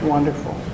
Wonderful